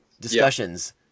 discussions